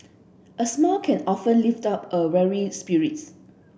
a smile can often lift up a weary spirits